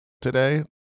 today